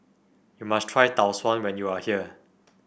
you must try Tau Suan when you are here